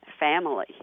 family